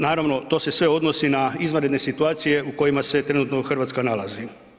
Naravno, to se sve odnosi na izvanredne situacije u kojima se trenutno Hrvatska nalazi.